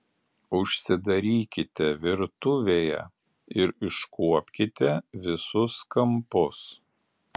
užsidarykite virtuvėje ir iškuopkite visus kampus